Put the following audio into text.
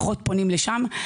פחות פונים לשם.